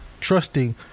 trusting